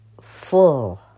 full